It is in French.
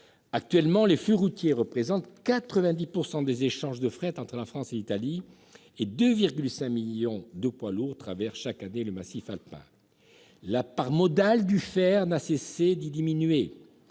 Actuellement, les flux routiers représentent 90 % des échanges de fret entre la France et l'Italie, et 2,5 millions de poids lourds traversent chaque année le massif alpin. La part modale du fer n'a cessé de diminuer.